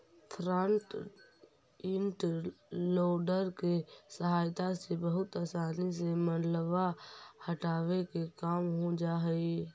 front end loader के सहायता से बहुत असानी से मलबा हटावे के काम हो जा हई